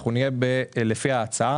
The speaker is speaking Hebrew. אנחנו נהיה לפי ההצעה,